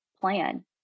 plan